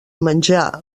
menjar